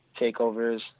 takeovers